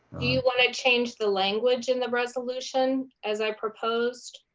you want to change the language in the resolution as i proposed?